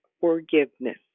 Forgiveness